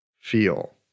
feel